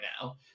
now